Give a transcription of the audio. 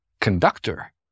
conductor